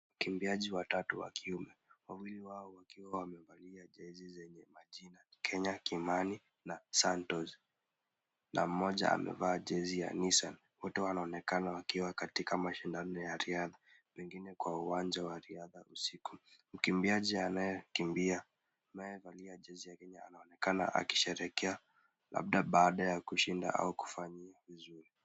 Wakimbiaji watatu wa kiume wawili wao wakiwa wamevalia jezi zenye majina Kenya, kimani na Santos na mmoja amevaa jezi ya Nissan. Wote wanaonekana wakiwa katika mashindano ya riadha pengine kwa uwanja wa riadha usiku. Mkimbiaji anayekimbia anayevalia jezi ya Kenya anaonekana akisherehekea labda baada ya kushinda au kufanya vizuri.